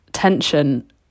tension